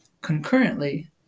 Concurrently